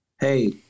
Hey